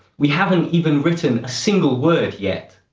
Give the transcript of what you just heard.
we haven't even written a single word yet.